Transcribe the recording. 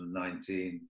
2019